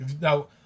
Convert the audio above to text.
now